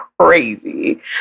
crazy